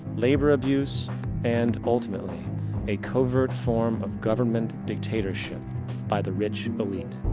labor abuse and ultimately a covert form of government dictatorship by the rich elite.